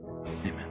Amen